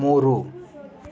ಮೂರು